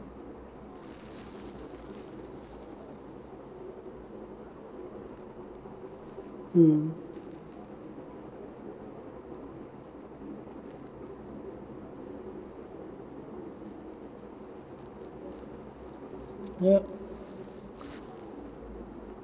mm yup